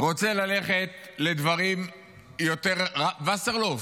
רוצה ללכת לדברים יותר, וסרלאוף,